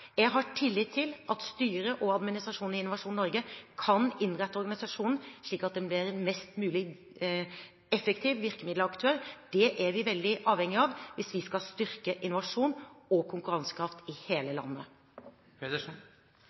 Jeg har tillit til at styret og administrasjonen i Innovasjon Norge kan innrette organisasjonen slik at den blir en mest mulig effektiv virkemiddelaktør. Det er vi veldig avhengig av hvis vi skal styrke innovasjon og konkurransekraft i hele landet.